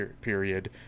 period